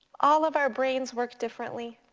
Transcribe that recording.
all of our brains work differently.